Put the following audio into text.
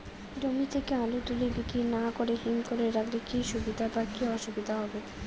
জমি থেকে আলু তুলে বিক্রি না করে হিমঘরে রাখলে কী সুবিধা বা কী অসুবিধা হবে?